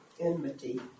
Enmity